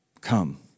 Come